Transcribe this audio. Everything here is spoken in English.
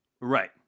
Right